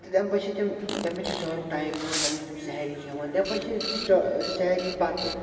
تہٕ تَمہِ پتہٕ چھِ تِم تَمہِ پتہٕ چھِ سحرُک ٹایِم یِوان تَمہِ پتہٕ چھِ تِم سحری کھٮ۪وان تَمہِ پتہٕ چھِ سِٹا سحری پتہٕ